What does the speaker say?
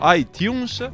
iTunes